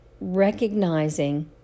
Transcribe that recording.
recognizing